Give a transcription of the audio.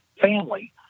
family